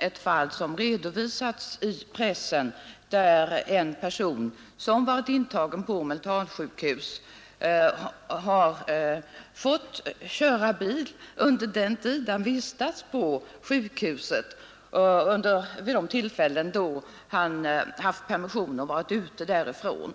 ett fall som redovisats i pressen, där en person som varit intagen på mentalsjukhus hade fått köra bil under den tid han vistades på sjukhuset vid de tillfällen då han hade haft permission därifrån.